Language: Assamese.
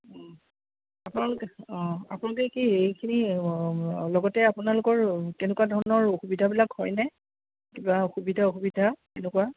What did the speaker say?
আপোনালোকে অঁ আপোনালোকে কি এইখিনি অঁ লগতে আপোনালোকৰ কেনেকুৱা ধৰণৰ অসুবিধাবিলাক হয়নে কিবা সুবিধা অসুবিধা সেনেকুৱা